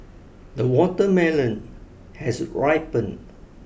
the watermelon has ripened